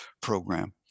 program